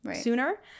sooner